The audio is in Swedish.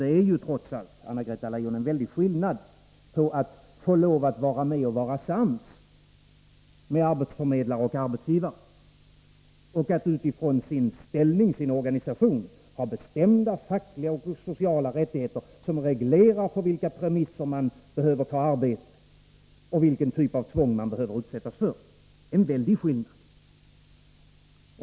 Det är trots allt, Anna-Greta Leijon, en väldig skillnad att å ena sidan få lov att vara med och vara sams med arbetsförmedlare och arbetsgivare och å andra sidan att utifrån sin ställning, sin organisation, ha bestämda fackliga och sociala rättigheter som reglerar på vilka premisser man behöver ta arbete och vilken typ av tvång man behöver utsättas för. Det är en väldig skillnad.